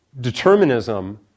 determinism